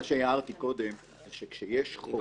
מה שהערתי קודם, שכשיש חוק